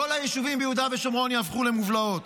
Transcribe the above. כל היישובים ביהודה שומרון יהפכו למובלעות.